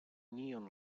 neon